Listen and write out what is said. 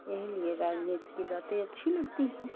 यही लिए राजनीति की बातें अच्छी लगती हैं